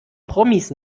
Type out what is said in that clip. promis